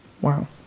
Wow